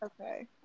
Okay